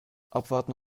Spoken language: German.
abwarten